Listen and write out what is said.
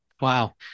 Wow